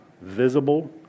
visible